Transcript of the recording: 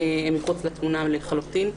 מחוץ לתמונה לחלוטין.